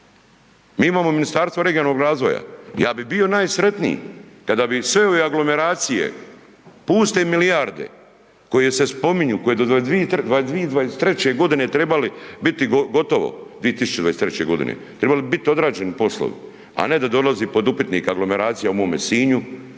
Mi imamo Ministarstvo regionalnog razvoja, ja bi bio najsretniji kada bi sve ove aglomeracije, puste milijarde koje se spominju, koje do 2023. godine trebali biti gotovo, 2023. godine tribali bi biti odrađeni poslovi, a ne da dolazi pod upitnik aglomeracija u mome Sinju